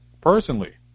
personally